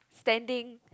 standing